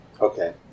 Okay